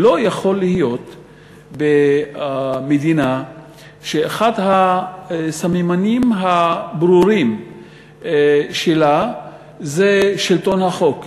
לא יכול להיות במדינה שאחד הסממנים הברורים שלה זה שלטון החוק,